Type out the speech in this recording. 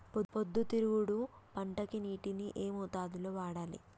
పొద్దుతిరుగుడు పంటకి నీటిని ఏ మోతాదు లో వాడాలి?